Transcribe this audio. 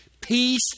Peace